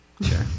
Sure